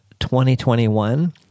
2021